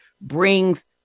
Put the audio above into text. brings